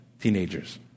teenagers